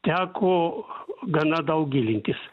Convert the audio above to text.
teko gana daug gilintis